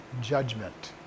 judgment